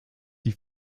die